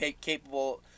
capable